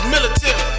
Military